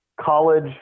college